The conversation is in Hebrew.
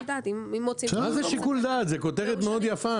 דעת -- מה זה שיקול דעת זה כותרת מאוד יפה.